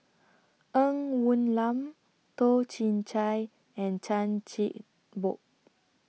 Ng Woon Lam Toh Chin Chye and Chan Chin Bock